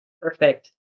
Perfect